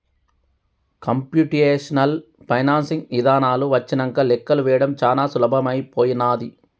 computational financing ఇదానాలు వచ్చినంక లెక్కలు వేయడం చానా సులభమైపోనాది